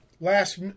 Last